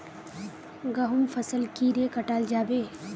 गहुम फसल कीड़े कटाल जाबे?